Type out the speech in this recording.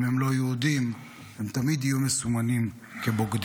אם הם לא יהודים הם תמיד יהיו מסומנים כבוגדים.